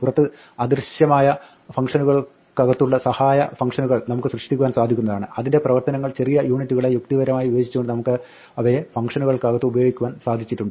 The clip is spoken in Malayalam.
പുറത്ത് അദൃശ്യമായ ഫംഗ്ഷനുകൾക്കകത്തുള്ള സഹായ ഫംഗ്ഷനുകൾ നമുക്ക് സൃഷ്ടിക്കുവാൻ സാധിക്കുന്നതാണ് അതിന്റെ പ്രവർത്തനങ്ങൾ ചെറിയ യൂണിറ്റുകളായി യുക്തിപരമായി വിഭജിച്ചുകൊണ്ട് നമുക്കവയെ ഫംഗ്ഷനുകൾക്കകത്ത് ഉപയോഗിക്കുവാൻ സാധിച്ചിട്ടുണ്ട്